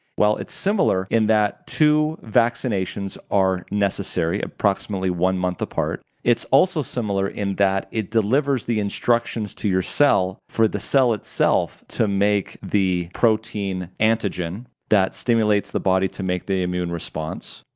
well, it's similar in that two vaccinations are necessary, approximately one month apart. it's also similar in that it delivers the instructions to the cell, for the cell itself to make the protein antigen that stimulates the body to make the immune response.